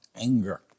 anger